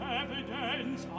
evidence